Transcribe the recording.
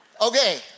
Okay